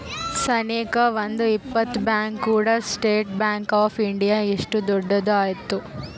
ಸನೇಕ ಒಂದ್ ಇಪ್ಪತ್ ಬ್ಯಾಂಕ್ ಕೂಡಿ ಸ್ಟೇಟ್ ಬ್ಯಾಂಕ್ ಆಫ್ ಇಂಡಿಯಾ ಇಷ್ಟು ದೊಡ್ಡದ ಆಯ್ತು